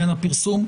הפרסום.